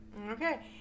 Okay